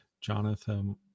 jonathan